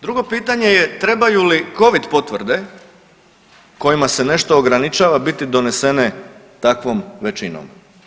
Drugo pitanje je trebaju li covid potvrde kojima se nešto ograničava biti donesene takvom većinom.